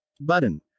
Button